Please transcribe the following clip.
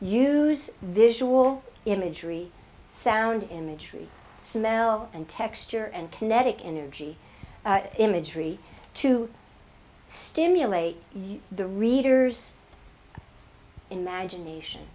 use visual imagery sound imagery smell and texture and kinetic energy imagery to stimulate the reader's imagination